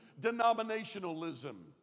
denominationalism